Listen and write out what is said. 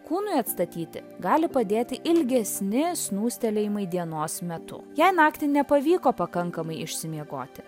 kūnui atstatyti gali padėti ilgesni snūstelėjimai dienos metu jei naktį nepavyko pakankamai išsimiegoti